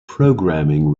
programming